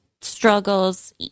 struggles